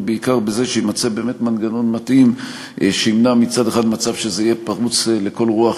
בעיקר בזה שיימצא מנגנון מתאים שימנע מצד אחד מצב שזה יהיה פרוץ לכל רוח,